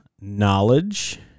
knowledge